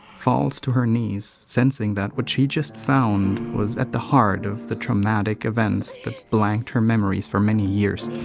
falls to her knees, sensing that what she just found was at the heart of the traumatic events that blanked her memories for many years.